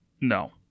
no